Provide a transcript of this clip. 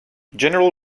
general